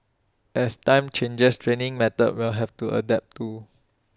as times change training methods will have to adapt too